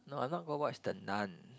no I'm not gonna watch the Nun